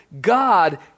God